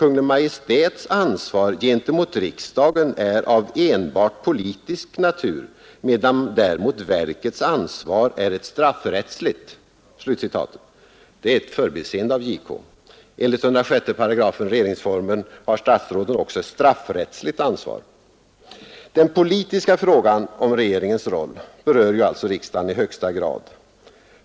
Maj:ts ansvar gentemot riksdagen är av enbart politisk natur medan däremot verkets ansvar är ett straffrättsligt.” Det är ett förbiseende av JK. Enligt 106 § regeringsformen har statsråden också ett straffrättsligt ansvar. Den politiska frågan om regeringens roll berör riksdagen i högsta grad.